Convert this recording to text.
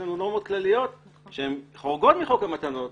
לנו נורמות כלליות שהן חורגות מחוק המתנות,